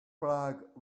blog